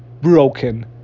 Broken